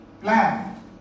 plan